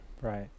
Right